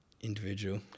individual